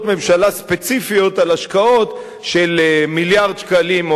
ממשלה ספציפיות על השקעות של מיליארד שקלים,